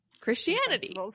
Christianity